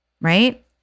right